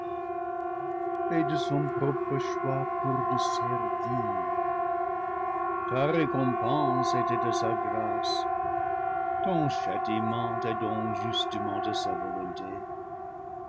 et de son propre choix pour le ser vir ta récompense était de sa grâce ton châtiment est donc justement de sa volonté